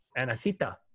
Anacita